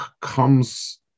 comes